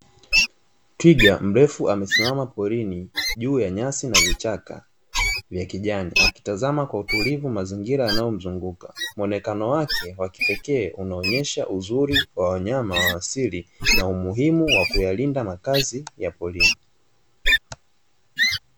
Taiga mrefu amesimama porini juu ya nyasi na vichaka vya kijani akitazama kwa utulivu mazingira yanayo mzunguka, muonekano wake wa kipekee unaonyesha uzuri wa wanyama wa asili na umuhimu wa kuyalinda makazi ya porini.